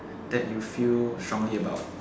that you feel strongly about